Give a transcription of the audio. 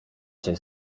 się